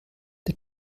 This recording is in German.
der